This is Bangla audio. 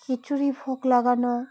খিচুড়ি ভোগ লাগানো